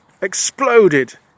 exploded